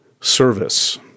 service